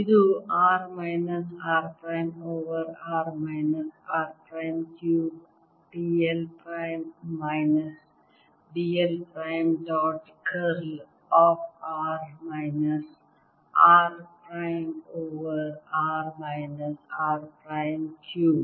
ಇದು r minus r prime over r minus r prime cubed d l prime minus d l prime dot curl of r minus r prime over r minus r prime cube